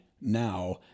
now